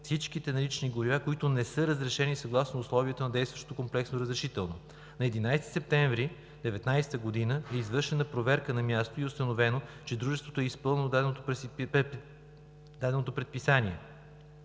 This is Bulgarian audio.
всичките налични горива, които не са разрешени, съгласно условията в комплексното разрешително. На 11 септември 2019 г. е извършена проверка на място и е установено, че дружеството е изпълнило даденото предписание